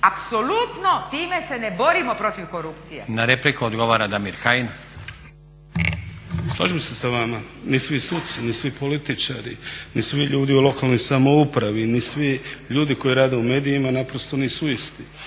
apsolutno time se ne borimo protiv korupcije. **Stazić, Nenad (SDP)** Na repliku odgovara Damir Kajin. **Kajin, Damir (ID - DI)** Slažem se sa vama ni svi suci, ni svi političari, ni svi ljudi u lokalnoj samoupravi, ni svi ljudi koji rade u medijima naprosto nisu isti.